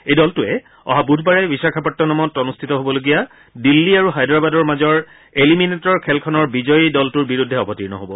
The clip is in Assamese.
এই দলটোৱে অহা বুধবাৰে বিশাখাপট্টনমত অনুষ্ঠিত হ'বলগীয়া দিল্লী আৰু হায়দৰাবাদৰ মাজৰ এলিমিনেটৰ খেলখনৰ বিজয়ী দলটোৰ বিৰুদ্ধে অৱতীৰ্ণ হ'ব